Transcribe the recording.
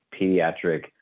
pediatric